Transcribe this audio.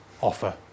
offer